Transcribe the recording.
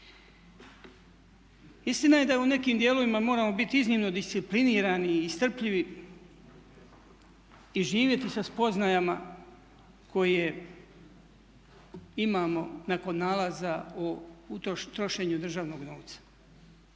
Istina je da u nekim dijelovima moramo biti iznimno disciplinirani i strpljivi i živjeti sa spoznajama koje imamo nakon nalaza o trošenju državnog novca.